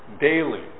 daily